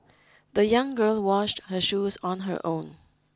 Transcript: the young girl washed her shoes on her own